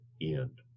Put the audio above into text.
end